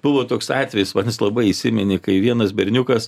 buvo toks atvejis vat jis labai įsiminė kai vienas berniukas